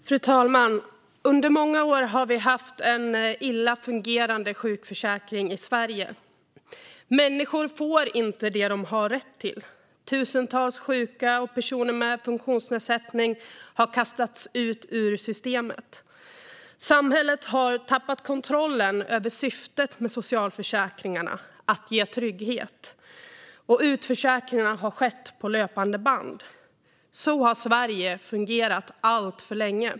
Fru talman! Under många år har vi haft en illa fungerande sjukförsäkring i Sverige. Människor får inte det de har rätt till. Tusentals sjuka och personer med funktionsnedsättning har kastats ut ur systemet. Samhället har tappat kontrollen över syftet med socialförsäkringarna: att ge trygghet. Utförsäkringar har skett på löpande band. Så har Sverige fungerat alltför länge.